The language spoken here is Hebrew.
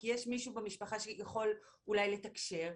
יש מישהו מהמשפחה שיכול אולי לתקשר.